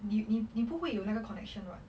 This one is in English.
你你你不会有那个 connection [what]